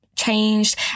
changed